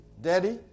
daddy